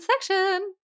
section